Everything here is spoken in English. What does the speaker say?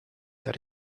that